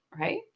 right